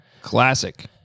Classic